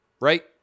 Right